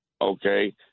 Okay